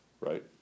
right